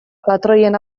patroien